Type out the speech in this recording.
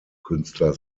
künstler